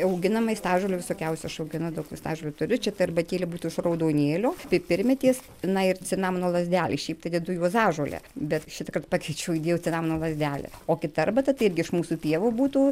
auginam vaistažolių visokiausių aš auginu daug vaistažolių turiu čia ta arbatėlė būtų iš raudonėlio pipirmėtės na ir cinamono lazdelė šiaip tai dedu juozažolę bet šitąkart pakeičiau įdėjau cinamono lazdelę o kita arbata tai irgi iš mūsų pievų būtų